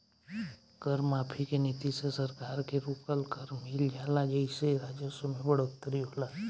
कर माफी के नीति से सरकार के रुकल कर मिल जाला जेइसे राजस्व में बढ़ोतरी होला